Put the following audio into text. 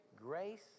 Grace